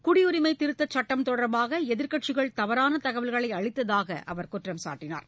குடியுரிமை திருத்தச் சட்டம் தொடர்பாக எதிர்க்கட்சிகள் தவறான தகவல்களை அளித்ததாக அவர் குற்றம்சாட்டனார்